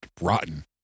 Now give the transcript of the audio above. rotten